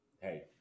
hey